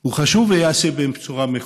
הוא חשוב, הוא חשוב, וייעשה בצורה מכובדת.